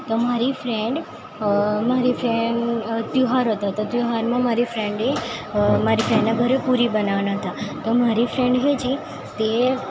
તો મારી ફ્રેન્ડ મારી ફ્રેન્ડ તહેવાર હતો તો તહેવારમાં મારી ફ્રેન્ડે મારી ફ્રેન્ડના ઘરે પૂરી બનાવતા હતા તો મારી ફ્રેન્ડ હજી તે